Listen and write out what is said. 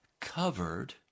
covered